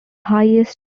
highest